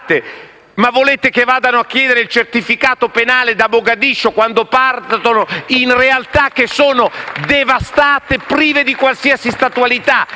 ma volete che vadano a chiedere il certificato penale a Mogadiscio quando partono da realtà che sono devastate, prive di qualsiasi statualità?